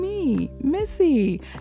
Missy